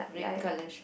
red colour short